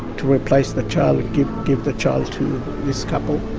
to replace the child, would give give the child to this couple.